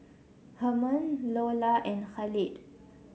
Hermon Loula and Khalid